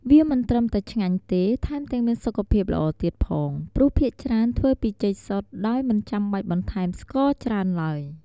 វាមិនត្រឹមតែឆ្ងាញ់ទេ ថែមទាំងមានសុខភាពល្អទៀតផង ព្រោះភាគច្រើនធ្វើពីចេកសុទ្ធដោយមិនចាំបាច់បន្ថែមស្ករច្រើនឡើយ។